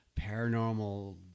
paranormal